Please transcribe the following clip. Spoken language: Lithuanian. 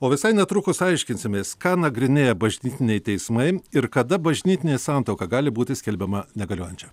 o visai netrukus aiškinsimės ką nagrinėja bažnytiniai teismai ir kada bažnytinė santuoka gali būti skelbiama negaliojančia